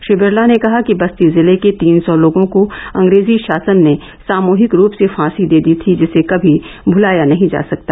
श्री बिरला ने कहा कि बस्ती जिले के तीन सौ लोगों को अंग्रेजी शासन ने सामूहिक रूप से फांसी दे दी थी जिसे कमी भूलाया नहीं जा सकता